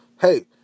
Hey